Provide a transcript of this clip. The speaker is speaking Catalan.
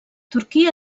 turquia